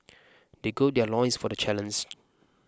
they gird their loins for the challenge